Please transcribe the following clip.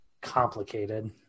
complicated